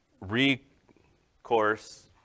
recourse